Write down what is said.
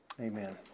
Amen